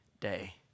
day